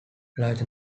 large